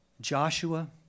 Joshua